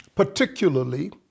particularly